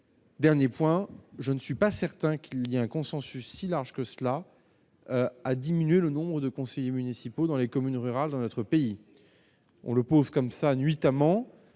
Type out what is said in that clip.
Dernier point, je ne suis pas certain qu'il y a un consensus aussi large que cela. à diminuer le nombre de conseillers municipaux dans les communes rurales dans notre pays, on le pose comme ça, nuitamment,